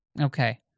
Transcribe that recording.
Okay